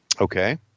Okay